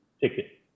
ticket